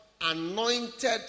anointed